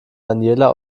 daniela